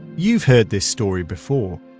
you've heard this story before.